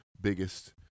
biggest